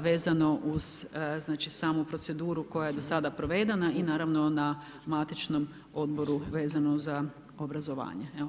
vezano uz znači samu proceduru koja je do sada provedena i naravno na matičnom odboru vezano za obrazovanje.